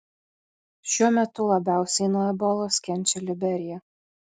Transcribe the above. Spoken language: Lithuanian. šiuo metu labiausiai nuo ebolos kenčia liberija